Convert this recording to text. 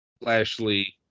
Lashley